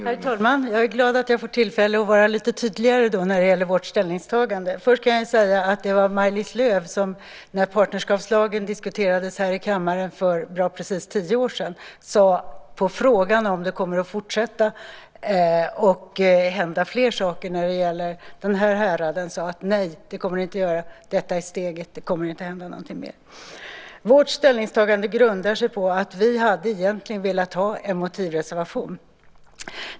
Herr talman! Jag är glad att jag får tillfälle att vara tydligare när det gäller vårt ställningstagande. Det var Maj-Lis Lööw som när partnerskapslagen diskuterades i kammaren för precis tio år sedan på fråga om det kommer att hända fler saker i denna härad sade: Nej. Det kommer det inte att göra. Detta är steget. Det kommer inte att hända något mer. Vårt ställningstagande grundar sig på att vi egentligen hade velat ha en motivreservation.